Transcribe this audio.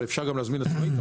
אבל אפשר להזמין גם עצמאית.